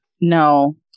No